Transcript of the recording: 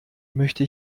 möchte